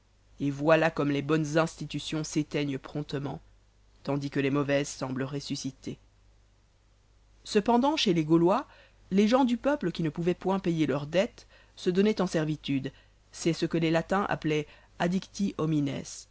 et voilà comme les bonnes institutions s'éteignent promptement tandis que les mauvaises semblent ressusciter cependant chez les gaulois les gens du peuple qui ne pouvaient point payer leurs dettes se donnaient en servitude c'est ce que les latins appelaient addicti homines